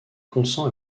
consent